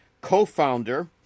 co-founder